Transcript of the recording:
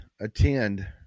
attend